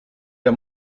der